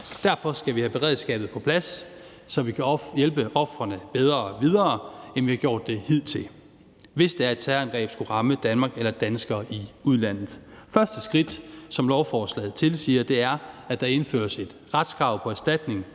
Derfor skal vi have beredskabet på plads, så vi kan hjælpe ofrene bedre videre, end vi har gjort hidtil, hvis et terrorangreb skulle ramme Danmark eller danskere i udlandet. Første skridt, som lovforslaget tilsiger, er, at der indføres et retskrav på erstatning